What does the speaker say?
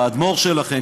האדמו"ר שלכם,